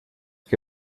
que